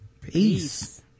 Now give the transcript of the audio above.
Peace